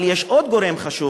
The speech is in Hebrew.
אבל יש עוד גורם חשוב,